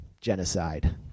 genocide